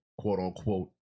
quote-unquote